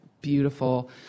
beautiful